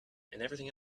everything